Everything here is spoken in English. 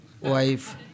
wife